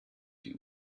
die